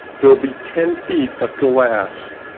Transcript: there will be ten feet of glass